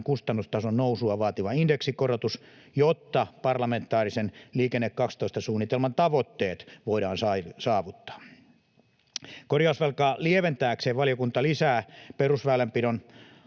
kustannustason nousun vaatima indeksikorotus, jotta parlamentaarisen Liikenne 12 ‑suunnitelman tavoitteet voidaan saavuttaa. Korjausvelkaa lieventääkseen valiokunta lisää perusväylänpidon